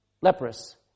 leprous